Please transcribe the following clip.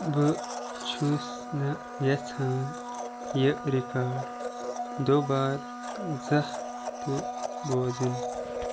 بہٕ چھُس نہٕ یژھان یہِ رِکارڈ دوبار زانٛہہ تہِ بوزُن